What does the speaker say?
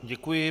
Děkuji.